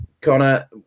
Connor